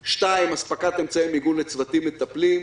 2) אספקת אמצעי מיגון לצוותים מטפלים.